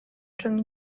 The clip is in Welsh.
rhwng